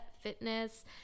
fitness